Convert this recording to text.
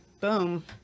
Boom